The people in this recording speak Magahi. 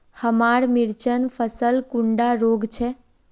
हमार मिर्चन फसल कुंडा रोग छै?